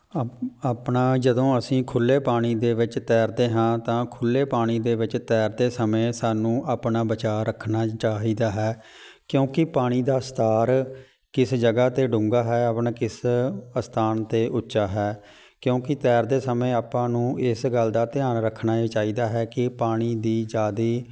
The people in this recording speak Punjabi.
ਅਪ ਆਪਣਾ ਜਦੋਂ ਅਸੀਂ ਖੁੱਲ੍ਹੇ ਪਾਣੀ ਦੇ ਵਿੱਚ ਤੈਰਦੇ ਹਾਂ ਤਾਂ ਖੁੱਲੇ ਪਾਣੀ ਦੇ ਵਿੱਚ ਤੈਰਦੇ ਸਮੇਂ ਸਾਨੂੰ ਆਪਣਾ ਬਚਾਅ ਰੱਖਣਾ ਚਾਹੀਦਾ ਹੈ ਕਿਉਂਕਿ ਪਾਣੀ ਦਾ ਸਤਰ ਕਿਸ ਜਗ੍ਹਾ 'ਤੇ ਡੂੰਘਾ ਹੈ ਆਪਣੇ ਕਿਸ ਅਸਥਾਨ 'ਤੇ ਉੱਚਾ ਹੈ ਕਿਉਂਕਿ ਤੈਰਦੇ ਸਮੇਂ ਆਪਾਂ ਨੂੰ ਇਸ ਗੱਲ ਦਾ ਧਿਆਨ ਰੱਖਣਾ ਇਹ ਚਾਹੀਦਾ ਹੈ ਕਿ ਪਾਣੀ ਦੀ ਜ਼ਿਆਦੇ